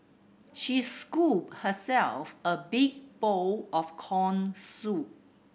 she scooped herself a big bowl of corn soup